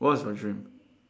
what's your dream